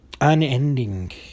unending